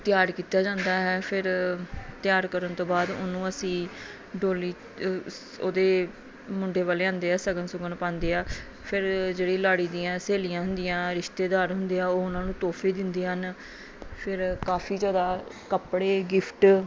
ਤਿਆਰ ਕੀਤਾ ਜਾਂਦਾ ਹੈ ਫਿਰ ਤਿਆਰ ਕਰਨ ਤੋਂ ਬਾਅਦ ਉਹਨੂੰ ਅਸੀਂ ਡੋਲੀ ਉਹਦੇ ਮੁੰਡੇ ਵਾਲੇ ਆਉਂਦੇ ਆ ਸ਼ਗਨ ਸੁਗਣ ਪਾਉਂਦੇ ਆ ਫਿਰ ਜਿਹੜੀ ਲਾੜੀ ਦੀਆਂ ਸਹੇਲੀਆਂ ਹੁੰਦੀਆਂ ਰਿਸ਼ਤੇਦਾਰ ਹੁੰਦੇ ਆ ਉਹ ਉਹਨਾਂ ਨੂੰ ਤੋਹਫੇ ਦਿੰਦੇ ਹਨ ਫਿਰ ਕਾਫੀ ਜ਼ਿਆਦਾ ਕੱਪੜੇ ਗਿਫਟ